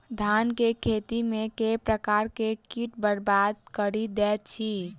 धान केँ खेती मे केँ प्रकार केँ कीट बरबाद कड़ी दैत अछि?